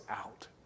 out